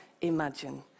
imagine